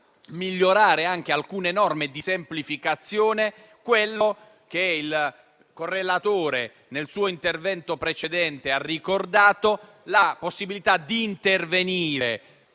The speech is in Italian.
migliorare alcune norme di semplificazione, il correlatore nel suo intervento precedente ha ricordato la possibilità di intervenire